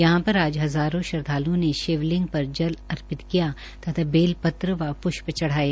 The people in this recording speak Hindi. यहां पर आज हज़ारों श्रद्वालुओं ने शिवलिंग पर जल अर्पित किया तथा बेलपत्र व पुष्प चढ़ाये